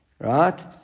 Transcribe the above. Right